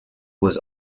was